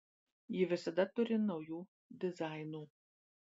ji visada turi naujų dizainų